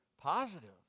positive